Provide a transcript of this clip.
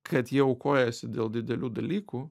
kad jie aukojasi dėl didelių dalykų